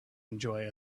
enjoy